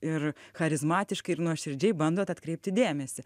ir charizmatiškai ir nuoširdžiai bandot atkreipti dėmesį